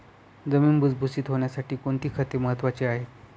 जमीन भुसभुशीत होण्यासाठी कोणती खते महत्वाची आहेत?